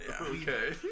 Okay